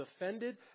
offended